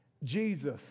Jesus